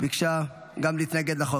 ביקשה גם להתנגד לחוק.